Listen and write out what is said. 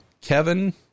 Kevin